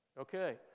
Okay